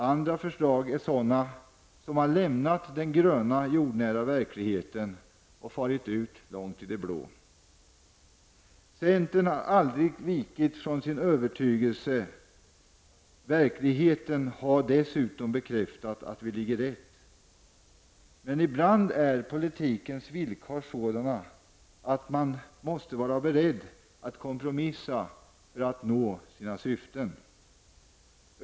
Andra förslag har lämnat den gröna jordnära verkligheten och farit ut långt i det blå. Centern har aldrig vikit från sin övertygelse. Verkligheten har dessutom bekräftat att vi ligger rätt. Men ibland är politikens villkor sådana att man måste vara beredd att kompromissa för att nå sina syften.